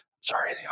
sorry